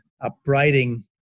upbraiding